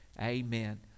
Amen